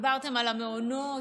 דיברתם על המעונות,